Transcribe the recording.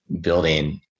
building